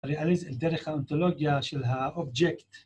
‫ריאליז אל דרך האונתולוגיה של האובייקט.